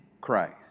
Christ